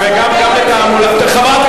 אבל גם לתעמולה יש זמן מוגבל, חבר הכנסת גפני.